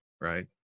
Right